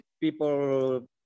people